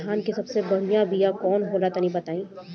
धान के सबसे बढ़िया बिया कौन हो ला तनि बाताई?